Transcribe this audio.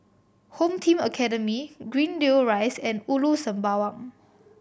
Home Team Academy Greendale Rise and Ulu Sembawang